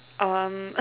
um